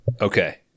Okay